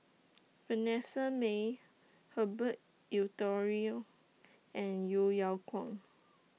Vanessa Mae Herbert Eleuterio and Yeo Yeow Kwang